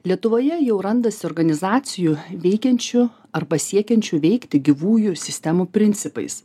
lietuvoje jau randasi organizacijų veikiančių arba siekiančių veikti gyvųjų sistemų principais